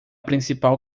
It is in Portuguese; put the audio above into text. principal